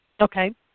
Okay